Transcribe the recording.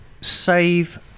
save